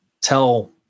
tell